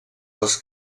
les